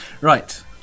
Right